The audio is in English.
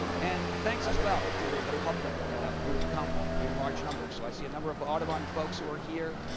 and thanks as well to the public who have come in large numbers. so i see a number of audubon folks who are here.